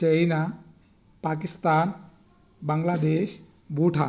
China Pakistan Bangladesh Bhutan